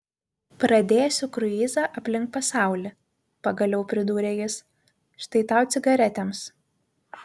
pradėsiu kruizą aplink pasaulį pagaliau pridūrė jis štai tau cigaretėms